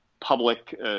public